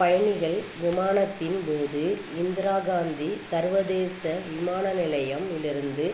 பயணிகள் விமானத்தின் போது இந்திரா காந்தி சர்வதேச விமான நிலையமிலிருந்து